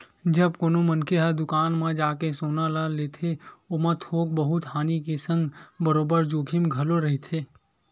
जब कोनो मनखे ह दुकान म जाके सोना ल लेथे ओमा थोक बहुत हानि के संग बरोबर जोखिम घलो रहिथे